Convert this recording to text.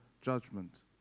judgment